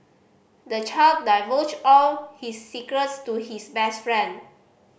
the child divulged all his secrets to his best friend